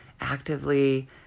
actively